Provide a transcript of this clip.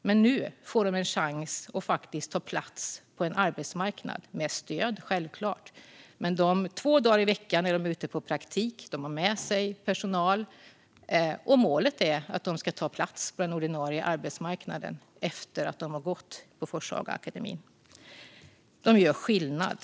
Men nu får de en chans att faktiskt ta plats på en arbetsmarknad, självklart med stöd. Två dagar i veckan är de ute på praktik. De har med sig personal. Målet är att de ska ta plats på den ordinarie arbetsmarknaden efter att de har gått på Forshagaakademin. Skolan gör skillnad.